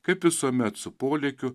kaip visuomet su polėkiu